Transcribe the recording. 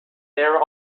air